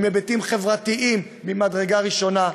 עם היבטים חברתיים ממדרגה ראשונה,